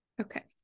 okay